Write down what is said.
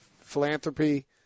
philanthropy